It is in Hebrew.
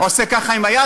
עושה ככה עם היד,